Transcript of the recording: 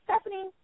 Stephanie